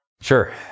Sure